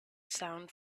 sound